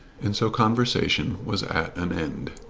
and so conversation was at an end.